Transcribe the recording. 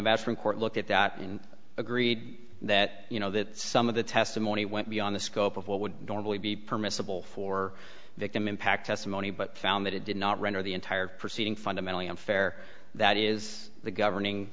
about from court look at that you agreed that you know that some of the testimony went beyond the scope of what would normally be permissible for victim impact testimony but found that it did not render the entire proceeding fundamentally unfair that is the governing